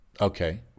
Okay